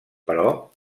però